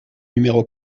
numéro